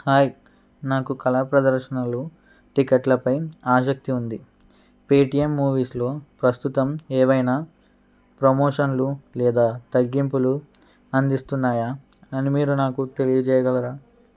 hi నాకు కళా ప్రదర్శనలు టికెట్లపై ఆసక్తి ఉంది పేటీఎం మూవీస్లో ప్రస్తుతం ఏవైనా ప్రమోషన్లు లేదా తగ్గింపులు అందిస్తున్నాయా అని మీరు నాకు తెలియజేయగలరా